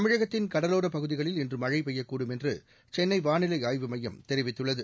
தமிழகத்தின் கடலோரப் பகுதிகளில் இன்று மழை பெய்யக்கூடும் என்று சென்னை வானிலை ஆய்வு மையம் தெரிவித்துள்ளது